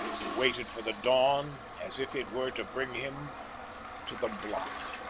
who waited for the dawn as if it were to bring him to the block,